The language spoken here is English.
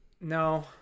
No